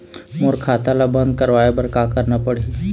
मोर खाता ला बंद करवाए बर का करना पड़ही?